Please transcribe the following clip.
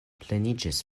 pleniĝis